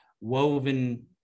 woven